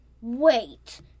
wait